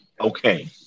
Okay